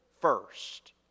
first